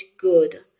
good